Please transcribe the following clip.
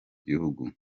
gihugu